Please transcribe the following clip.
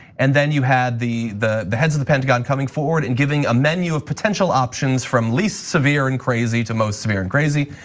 and then you had the the the heads of the pentagon coming forward and giving a menu of potential options from least severe and crazy to most severe and crazy.